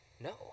No